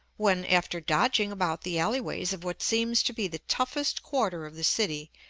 when, after dodging about the alleyways of what seems to be the toughest quarter of the city,